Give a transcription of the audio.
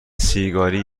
سیگاری